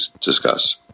discuss